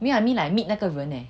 没有 I mean like meet 那个人 leh